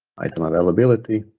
item availability,